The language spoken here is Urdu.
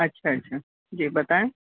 اچھا اچھا جی بتائیں